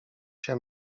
się